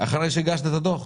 אחרי שהגשת את הדוח?